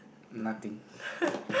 nothing